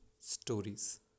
stories